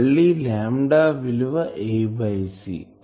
మళ్ళి లాంబ్డా విలువ a by c